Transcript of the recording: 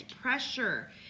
pressure